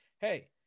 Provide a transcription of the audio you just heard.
hey